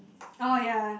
oh ya